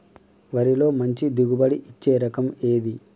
వరిలో మంచి దిగుబడి ఇచ్చే రకం ఏది?